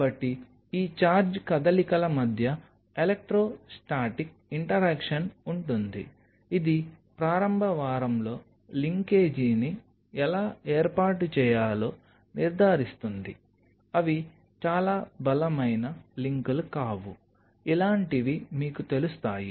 కాబట్టి ఈ ఛార్జ్ కదలికల మధ్య ఎలెక్ట్రో స్టాటిక్ ఇంటరాక్షన్ ఉంటుంది ఇది ప్రారంభ వారంలో లింకేజీని ఎలా ఏర్పాటు చేయాలో నిర్ధారిస్తుంది అవి చాలా బలమైన లింక్లు కావు ఇలాంటివి మీకు తెలుస్తాయి